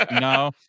no